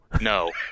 No